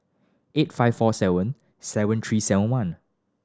eight five four seven seven three seven one